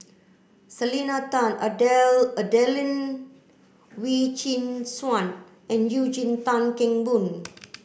Selena Tan Adelene Wee Chin Suan and Eugene Tan Kheng Boon